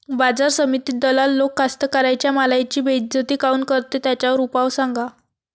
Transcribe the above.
बाजार समितीत दलाल लोक कास्ताकाराच्या मालाची बेइज्जती काऊन करते? त्याच्यावर उपाव सांगा